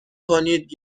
کنید